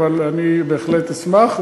אבל בהחלט אשמח,